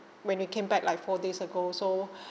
when we came back like four days ago so